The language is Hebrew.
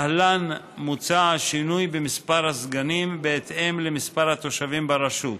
להלן מוצע השינוי במספר הסגנים בהתאם למספר התושבים ברשות: